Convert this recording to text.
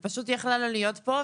היא פשוט יכלה לא להיות פה,